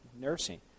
nursing